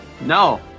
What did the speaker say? No